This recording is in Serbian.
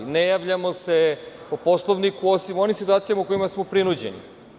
Ne javljamo se po Poslovniku, osim u onim situacijama u kojima smo prinuđeni.